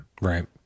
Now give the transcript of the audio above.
right